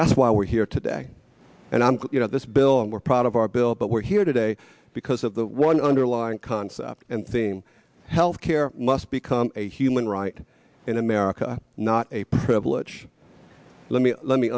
that's why we're here today and i'm glad you know this bill and we're proud of our bill but we're here today because of the one underlying concept and theme health care must become a human right in america not a privilege let me let me